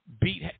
beat